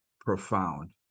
profound